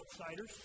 outsiders